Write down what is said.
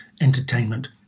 entertainment